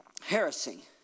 Heresy